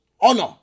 Honor